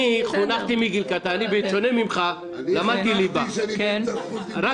אני חונכתי מגיל קטן בשונה ממך למדתי ליבה על